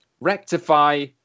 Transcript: rectify